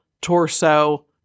torso